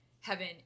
heaven